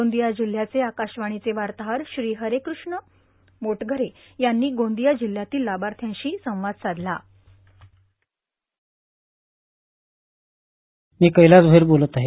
गोंदिया जिल्ह्याचे आकाशवाणीचे वार्ताहर श्री हरेकृष्ण मोटघरे यांनी गोंदिया जिल्ह्यातील लाभार्थ्यांशी संवाद साधला साऊंड बाईट कैलास भैर मी कैलास भैर बोलत आहे